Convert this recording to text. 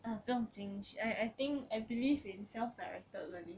ah 不用紧 change I I think I believe in self directed learning